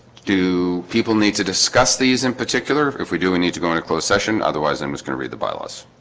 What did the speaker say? do people need to discuss these in particular if if we do we need to go in a closed session otherwise, i'm just going read the bylaws